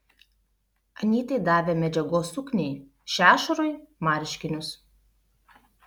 anytai davė medžiagos sukniai šešurui marškinius